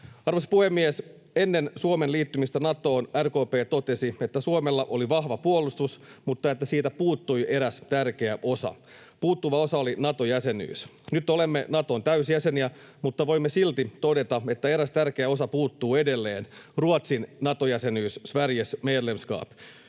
Arvoisa puhemies! Ennen Suomen liittymistä Natoon RKP totesi, että Suomella oli vahva puolustus mutta että siitä puuttui eräs tärkeä osa. Puuttuva osa oli Nato-jäsenyys. Nyt olemme Naton täysjäseniä, mutta voimme silti todeta, että eräs tärkeä osa puuttuu edelleen: Ruotsin Nato-jäsenyys, Sveriges medlemskap.